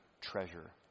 treasure